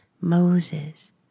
Moses